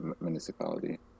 municipality